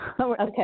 Okay